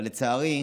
אבל לצערי,